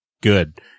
good